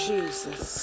Jesus